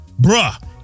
bruh